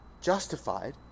justified